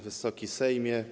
Wysoki Sejmie!